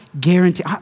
guarantee